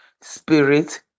spirit